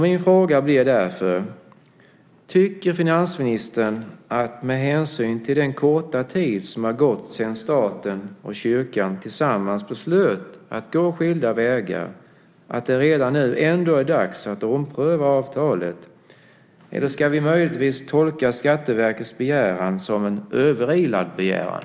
Min fråga blir därför: Tycker finansministern med hänsyn till den korta tid som har gått sedan staten och kyrkan tillsammans beslöt att gå skilda vägar att det ändå är dags att ompröva avtalet? Eller ska vi möjligtvis tolka Skatteverkets begäran som en överilad begäran?